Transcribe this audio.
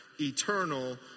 eternal